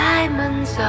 Diamonds